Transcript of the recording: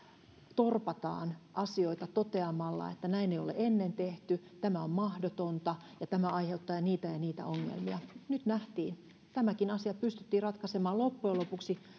torpataan asioita toteamalla että näin ei ole ennen tehty tämä on mahdotonta ja tämä aiheuttaa niitä ja niitä ongelmia nyt nähtiin että tämäkin asia pystyttiin ratkaisemaan loppujen lopuksi